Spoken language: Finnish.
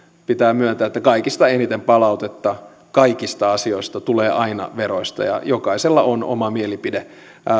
pitää myöntää että kaikista eniten palautetta kaikista asioista tulee aina veroista ja jokaisella on oma mielipide